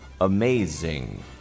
amazing